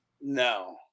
No